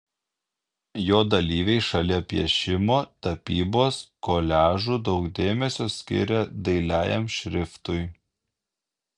jo dalyviai šalia piešimo tapybos koliažų daug dėmesio skiria dailiajam šriftui